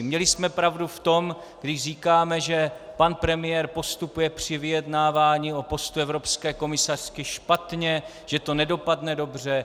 Měli jsme pravdu v tom, když říkáme, že pan premiér postupuje při vyjednávání o postu evropské komisařky špatně, že to nedopadne dobře.